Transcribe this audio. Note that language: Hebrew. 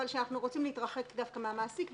אבל שאנחנו רוצים להתרחק דווקא מהמעסיק,